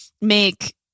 make